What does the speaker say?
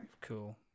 cool